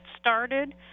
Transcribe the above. started